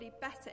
better